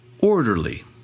orderly